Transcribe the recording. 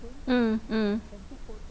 mm mm